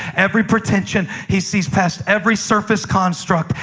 every pretension. he sees past every surface construct,